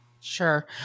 sure